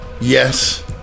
yes